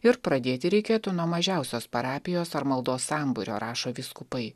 ir pradėti reikėtų nuo mažiausios parapijos ar maldos sambūrio rašo vyskupai